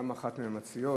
גם אחת מהמציעות.